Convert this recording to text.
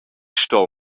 sto